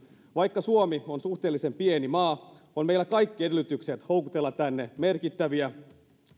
vaikka suomi on suhteellisen pieni maa on meillä kaikki edellytykset houkutella tänne merkittäviä